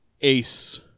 Ace